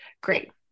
Great